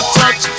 touch